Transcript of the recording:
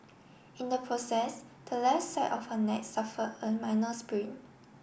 in the process the left side of her neck suffer a minor sprain